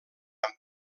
amb